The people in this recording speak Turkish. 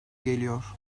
geliyor